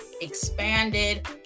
expanded